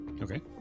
Okay